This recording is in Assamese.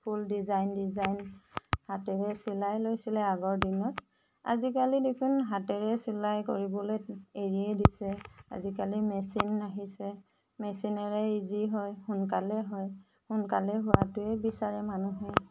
ফুল ডিজাইন ডিজাইন হাতেৰে চিলাই লৈছিলে আগৰ দিনত আজিকালি দেখোন হাতেৰে চিলাই কৰিবলৈ এৰিয়েই দিছে আজিকালি মেচিন আহিছে মেচিনেৰে ইজি হয় সোনকালে হয় সোনকালে হোৱাটোৱেই বিচাৰে মানুহে